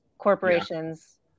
corporations